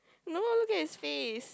no look at his face